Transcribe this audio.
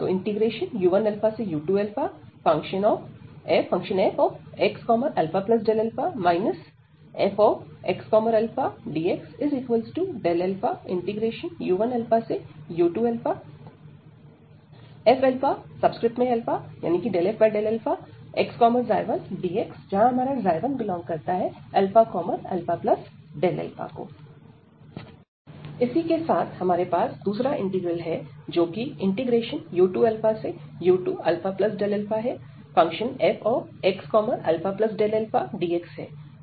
u1u2fxα fxαdxu1u2fx1dx 1ααΔα इसी के साथ हमारे पास दूसरा इंटीग्रल है जो कि u2u2αfxαdx है